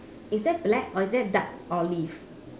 is that black or is that dark olive